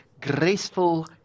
graceful